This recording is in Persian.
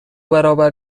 برابر